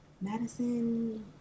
madison